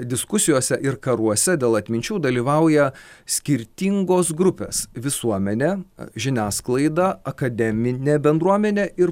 diskusijose ir karuose dėl atminčių dalyvauja skirtingos grupes visuomenė žiniasklaida akademinė bendruomenė ir